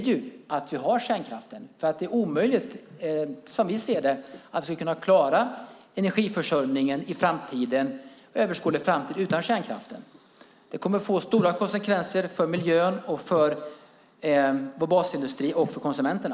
Som vi ser det är det omöjligt att klara energiförsörjningen inom en överskådlig framtid utan kärnkraften. Det skulle få stora konsekvenser för miljön, för vår basindustri och för konsumenterna.